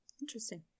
Interesting